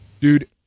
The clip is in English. Dude